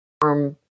form